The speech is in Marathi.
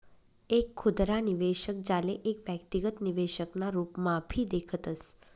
एक खुदरा निवेशक, ज्याले एक व्यक्तिगत निवेशक ना रूपम्हाभी देखतस